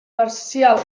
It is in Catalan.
marcial